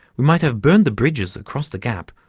we might have burned the bridges across the gap,